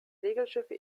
segelschiffe